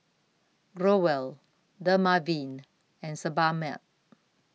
Growell Dermaveen and Sebamed